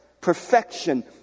perfection